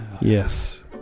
Yes